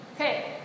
Okay